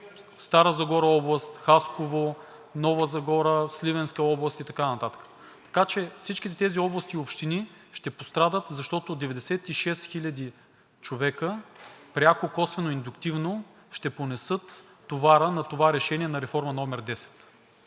Стара Загора, Хасково, Нова Загора, Сливенска област и така нататък, така че всичките тези области и общини ще пострадат, защото 96 хиляди човека – пряко, косвено и индуктивно, ще понесат товара на това решение на реформа № 10.